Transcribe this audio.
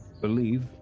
believe